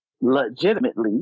legitimately